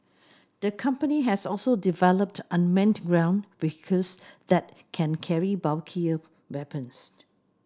the company has also developed unmanned well vehicles that can carry bulkier weapons